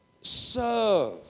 serve